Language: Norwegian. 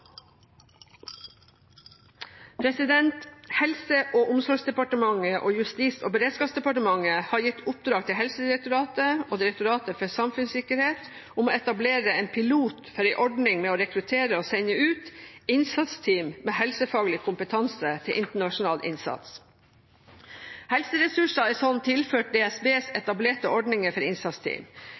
Helse- og omsorgsdepartementet og Justis- og beredskapsdepartementet har gitt oppdrag til Helsedirektoratet og Direktoratet for samfunnssikkerhet og beredskap, DSB, om å etablere en pilot for en ordning med å rekruttere og sende ut innsatsteam med helsefaglig kompetanse til internasjonal innsats. Helseressurser er slik tilført DSBs etablerte ordninger for innsatsteam.